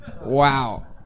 Wow